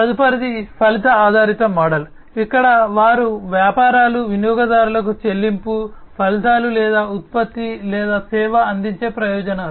తదుపరిది ఫలిత ఆధారిత మోడల్ ఇక్కడ వారు వ్యాపారాలు వినియోగదారులకు చెల్లింపు ఫలితాలు లేదా ఉత్పత్తి లేదా సేవ అందించే ప్రయోజనాలు